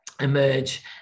emerge